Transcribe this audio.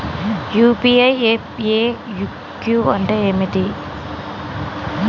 UPI FAQ అంటే ఏమిటి?